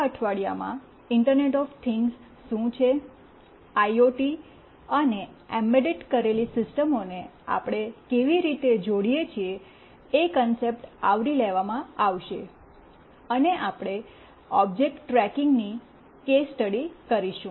આ અઠવાડિયામાં internet of things શું છે આઈઓટી અને એમ્બેડ કરેલી સિસ્ટમોને આપણે કેવી રીતે જોડીએ છીએ એ કોન્સેપ્ટ આવરી લેવામાં આવશે અને આપણે ઓબ્જેક્ટ ટ્રેકિંગની કેસ સ્ટડી કરીશું